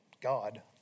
God